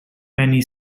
penny